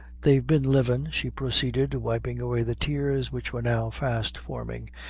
they've been living, she proceeded, wiping away the tears which were now fast flowing,